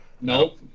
Nope